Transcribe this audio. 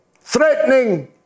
threatening